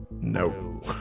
no